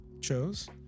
chose